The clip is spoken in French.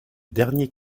dernier